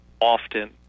often